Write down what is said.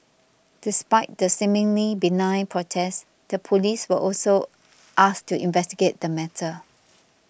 despite the seemingly benign protest the police were also asked to investigate the matter